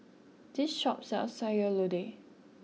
this shop sells Sayur Lodeh